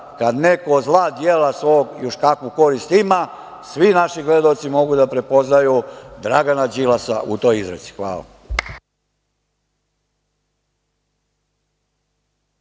kad neko od zla dela svog još kakvu korist ima. Svi naši gledaoci mogu da prepoznaju Dragana Đilasa u toj izreci. Hvala.